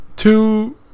Two